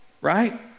right